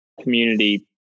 Community